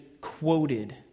quoted